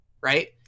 Right